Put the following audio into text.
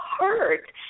hurt